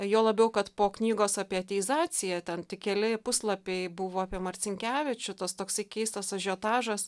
juo labiau kad po knygos apie ateizaciją ten tik keli puslapiai buvo apie marcinkevičių tas toksai keistas ažiotažas